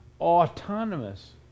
autonomous